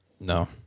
no